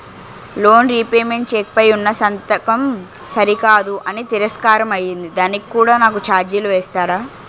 Loan repayment cheque పై ఉన్నా సంతకం సరికాదు అని తిరస్కారం అయ్యింది దానికి కూడా నాకు ఛార్జీలు వేస్తారా?